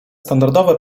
standardowe